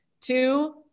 Two